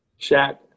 Shaq